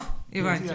טוב, הבנתי.